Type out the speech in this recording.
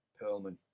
Perlman